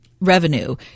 revenue